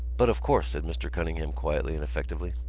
but, of course, said mr. cunningham quietly and effectively,